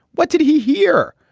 what did he hear?